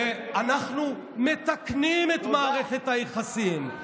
ואנחנו מתקנים את מערכת היחסים.